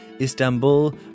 Istanbul